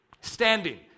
Standing